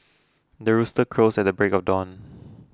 the rooster crows at the break of dawn